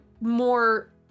More